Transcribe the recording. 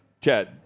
Chad